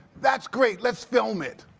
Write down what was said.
that's great. let's film it.